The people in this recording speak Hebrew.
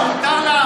שקר.